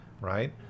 right